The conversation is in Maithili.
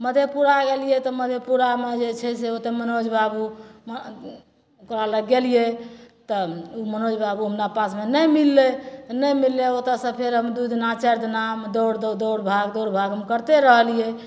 मधेपुरा गेलिए तऽ मधेपुरामे जे छै से ओतए मनोज बाबू ओकरा लग गेलिए तब ओ मनोज बाबू हमरा पासमे नहि मिललै तऽ नहि मिललै ओतए से फेर हम दुइ दिना चारि दिना दौड़ दौड़ दौड़भाग दौड़भाग हम करिते रहलिए